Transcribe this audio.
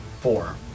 Four